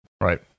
Right